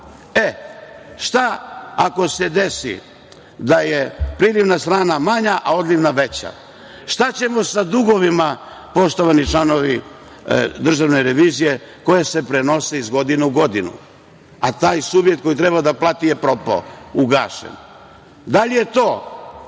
Šta ako se desi da je prilivna strana manja a odlivna veća? Šta ćemo sa dugovima, poštovani članovi državne revizije, koji se prenose iz godine u godinu, a taj subjekt koji treba da plati je propao, ugašen? Da li je to